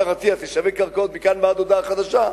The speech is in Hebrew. השר אטיאס ישווק קרקעות מכאן ועד הודעה חדשה,